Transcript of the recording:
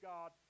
God